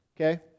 Okay